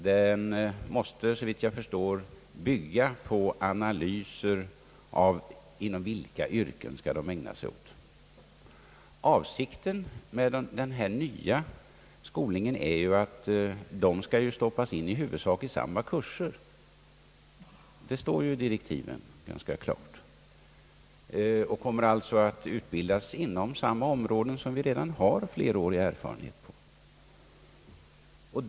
Den måste, såvitt jag förstår, bygga på analyser av vilka yrken de skall ägna sig åt. Avsikten med denna nya skolning är att de skall placeras huvudsakligen i samma kurser — det står ganska klart i direktiven. De kommer alltså att utbildas inom samma områden där vi redan har en flerårig erfarenhet.